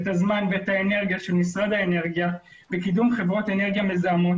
זמן ואנרגיה של משרד האנרגיה לקידום חברות אנרגיה מזהמות